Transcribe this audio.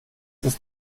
ist